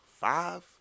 five